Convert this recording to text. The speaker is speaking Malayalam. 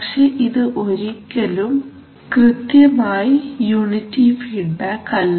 പക്ഷേ ഇത് ഒരിക്കലും കൃത്യമായി യൂണിറ്റി ഫീഡ്ബാക്ക് അല്ല